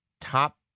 top